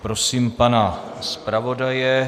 Prosím pana zpravodaje.